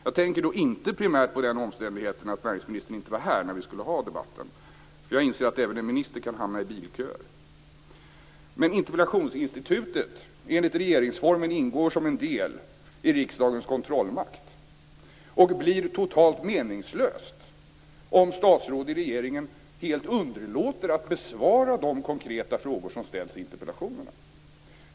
Jag tänker då inte primärt på omständigheten att näringsministern inte var här när vi skulle ha debatten. Jag inser att även en minister kan hamna i bilköer. Men enligt regeringsformen ingår interpellationsinstitutet som en del i riksdagens kontrollmakt, och det blir totalt meningslöst om statsråd i regeringen helt underlåter att besvara de konkreta frågor som ställs i interpellationerna.